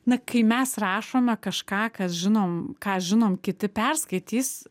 na kai mes rašome kažką kas žinom ką žinom kiti perskaitys